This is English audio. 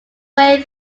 way